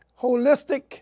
holistic